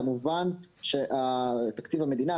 כמובן שתקציב המדינה,